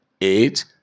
eight